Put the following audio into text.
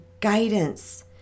guidance